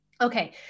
Okay